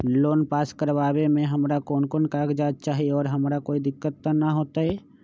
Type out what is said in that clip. Loan pass करवावे में हमरा कौन कौन कागजात चाही और हमरा कोई दिक्कत त ना होतई?